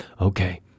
okay